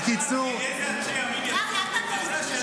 בקיצור --- איזה אנשי ימין --- זו השאלה.